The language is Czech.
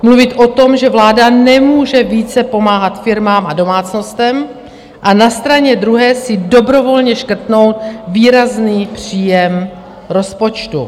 Mluvit o tom, že vláda nemůže více pomáhat firmám a domácnostem, a na straně druhé si dobrovolně škrtnout výrazný příjem rozpočtu.